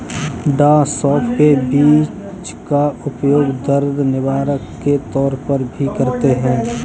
डॉ सौफ के बीज का उपयोग दर्द निवारक के तौर पर भी करते हैं